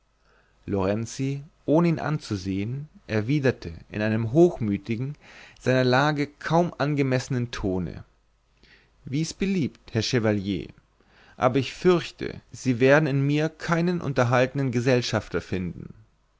ohne ihn anzusehen erwiderte in einem hochmütigen seiner lage kaum ganz angemessenen tone wie's beliebt herr chevalier aber ich fürchte sie werden in mir keinen unterhaltenden gesellschafter finden